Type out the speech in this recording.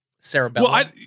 cerebellum